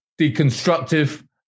deconstructive